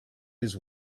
his